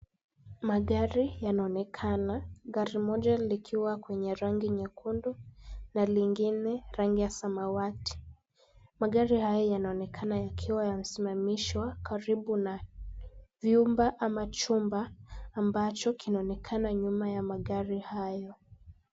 Magari yanaonekana, gari moja likiwa kwenye rangi nyekundu na lingine rangi ya samawati. Magari haya yanaonekana yakiwa yamesimamishwa karibu na vyumba ama chumba ambacho kinaonekana nyuma ya magari hayo.